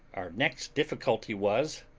our next difficulty was,